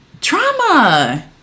trauma